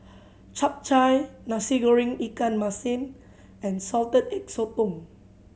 Chap Chai Nasi Goreng ikan masin and Salted Egg Sotong